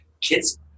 Kids